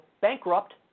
bankrupt